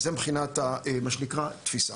זה מבחינת מה שנקרא התפיסה.